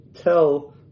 tell